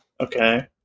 Okay